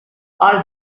our